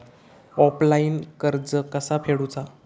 Offline कर्ज कसा फेडूचा?